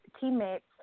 teammates